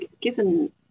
given